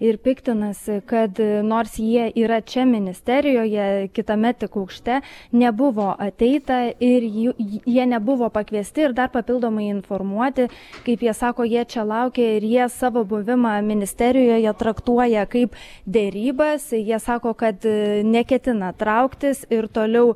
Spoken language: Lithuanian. ir piktinasi kad nors jie yra čia ministerijoje kitame tik aukšte nebuvo ateita ir jų jie nebuvo pakviesti ir dar papildomai informuoti kaip jie sako jie čia laukė ir jie savo buvimą ministerijoje traktuoja kaip derybas jie sako kad neketina trauktis ir toliau